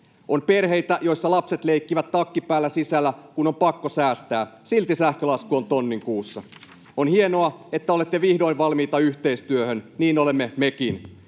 On perheitä, joissa lapset leikkivät takki päällä sisällä, kun on pakko säästää. Silti sähkölasku on tonnin kuussa. On hienoa, että olette vihdoin valmiita yhteistyöhön, niin olemme mekin.